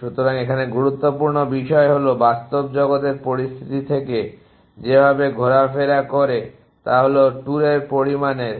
সুতরাং এখানে গুরুত্বপূর্ণ বিষয় হল বাস্তব জগতের পরিস্থিতি থেকে যেভাবে ঘোরাফেরা করে তা হল ট্যুরের পরিমাণে